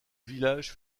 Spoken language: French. village